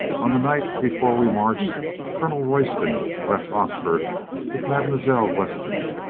on the night before we marched colonel roy ston left oxford with mademoiselle weston.